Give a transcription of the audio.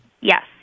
Yes